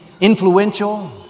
influential